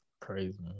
Crazy